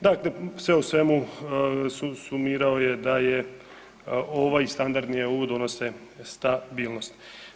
Dakle, sve u svemu sumirao je da je ovaj i standardni EU donose stabilnost.